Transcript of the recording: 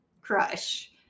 crush